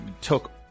took